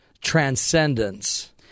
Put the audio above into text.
transcendence